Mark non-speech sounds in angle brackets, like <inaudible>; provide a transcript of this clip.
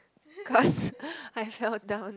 <breath> cause I fell down